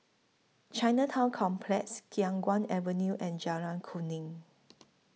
Chinatown Complex Khiang Guan Avenue and Jalan Kuning